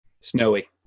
Snowy